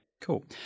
Cool